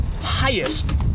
highest